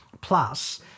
plus